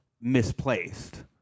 misplaced